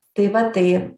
tai va tai